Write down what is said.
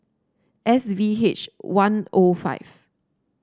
S V H one O five